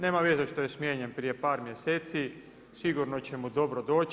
Nema veze što je smijenjen prije par mjeseci, sigurno će mu dobro doći.